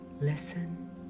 Listen